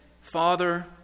Father